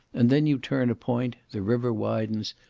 and then you turn a point, the river widens,